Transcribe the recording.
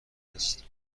است